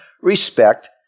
respect